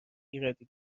ایرادی